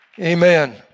Amen